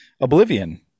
oblivion